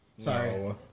Sorry